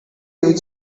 you